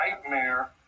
nightmare